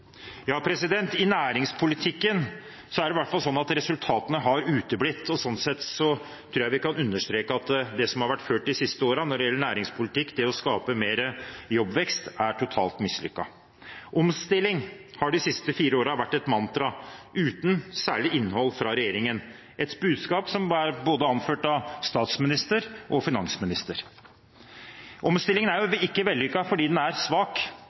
Ja, i næringspolitikken er det i hvert fall sånn at resultatene har uteblitt, og sånn sett tror jeg vi kan understreke at det som har vært ført de siste årene når det gjelder næringspolitikk, det å skape mer jobbvekst, er totalt mislykket. Omstilling har de siste fire årene vært et mantra uten særlig innhold fra regjeringen – et budskap anført av både statsminister og finansminister. Omstillingen er ikke vellykket fordi den er svak.